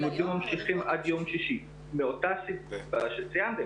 ממשיכים עד יום שישי, מאותה סיבה שציינתם.